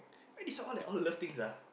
why this one all like all love things ah